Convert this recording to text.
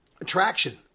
attraction